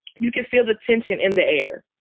you can feel the tension in the air.